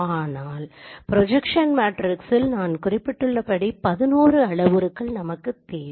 ஆனால் ப்ரொஜக்ஸன் மேட்ரிக்ஸில் நான் குறிப்பிட்டுள்ளபடி 11 அளவுருக்கள் நமக்கு தெரியாதவை